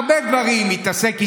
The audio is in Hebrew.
הרבה דברים, התעסק איתנו,